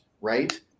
right